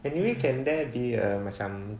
anyway can there be a macam